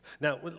Now